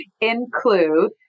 include